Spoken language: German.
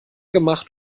gemacht